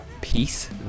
peace